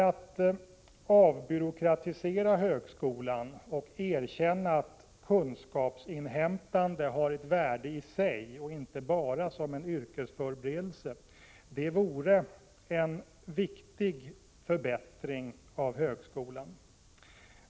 Att avbyråkratisera högskolan och erkänna att kunskapsinhämtande har ett värde i sig och inte bara som en yrkesförberedelse vore en viktig förbättring av högskolan.